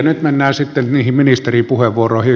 nyt mennään sitten niihin ministeripuheenvuoroihin